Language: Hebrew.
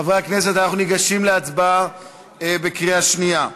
חברי הכנסת, אנחנו ניגשים להצבעה בקריאה שנייה.